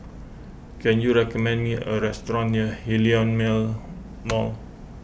can you recommend me a restaurant near Hillion Mall